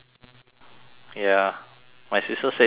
ya my sister said that for awhile